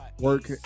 Work